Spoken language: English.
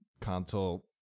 console